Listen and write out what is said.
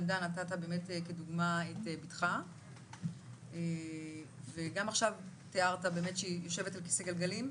העמדה כדוגמה את בתך וגם עכשיו תיארת שהיא יושבת על כיסא גלגלים,